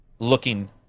looking